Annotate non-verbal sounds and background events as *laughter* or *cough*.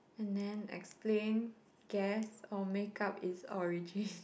and then explain guess or make up its origin *laughs*